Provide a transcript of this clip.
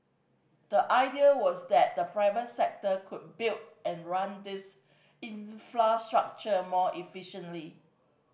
the idea was that the private sector could build and run these infrastructure more efficiently